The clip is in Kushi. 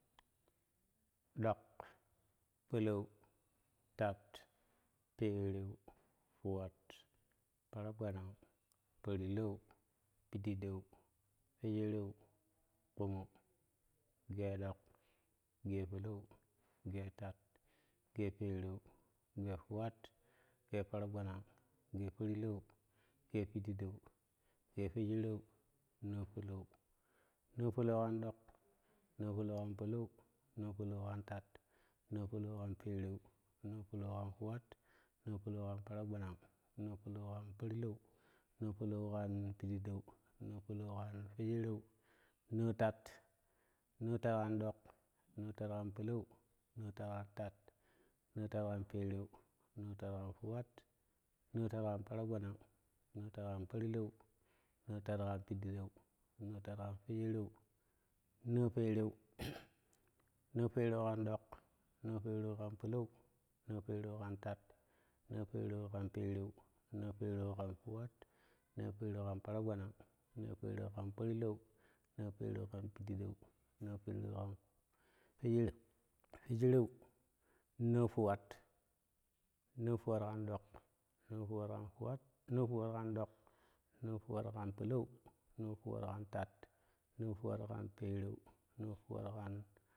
Ɗok polou tat pereu tuwat paragbanang porlou pidiɗeu fwesereu kpumu kpumu ge ɗok kpumu ge polou kpumu ge tat kpumu ge perekpumu ge tuwat kpuma ge paragbanang kpumu ga porlou kpumuge. Pidiɗeu kpumu ge twedereu noo polou noo polou kan tuwat noo polou kan paragbanang noo polou ƙan fwedereu noo tat noo tat kan ɗok nootat kan polou nootat kan tat noo tat kan pereu noo tat kan tuwat noo tat kan paragbanang noo tat kan porlou nootat kan pidideu nootat kantwejer noo pereu noo pereu kam dok noo pereu kan polou noo pereu kantat noo pereu kan perev noo pereu kan tuwat noo peu kan paragbannan noo pereu kan porlowi no pereu kan pii dide noo pereu kan twederu no tuwat noo tuwat kan ɗok noo tuwat katuwat noo tuwat kan dok noo tuwat kan polou noo puwat kan tat noofuwat kan pereu noo puwait kan.